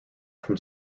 from